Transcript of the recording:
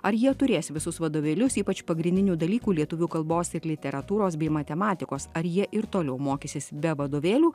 ar jie turės visus vadovėlius ypač pagrindinių dalykų lietuvių kalbos ir literatūros bei matematikos ar jie ir toliau mokysis be vadovėlių